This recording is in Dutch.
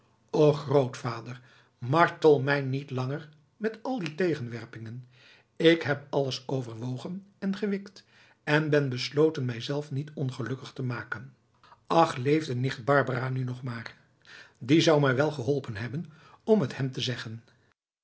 och grootvader martel mij niet langer met al die tegenwerpingen ik heb alles overwogen en gewikt en ben besloten mijzelf niet ongelukkig te maken ach leefde nicht barbara nu nog maar die zou mij wel geholpen hebben om het hem te zeggen